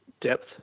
depth